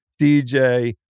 DJ